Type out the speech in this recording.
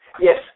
Yes